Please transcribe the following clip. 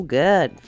good